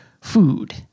food